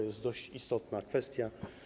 Jest to dość istotna kwestia.